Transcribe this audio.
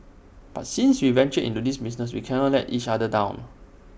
but since we ventured into this business we cannot let each other down